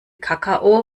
kakao